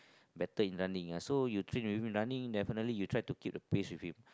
better in running ya so you train with him running definitely you try to keep the pace with him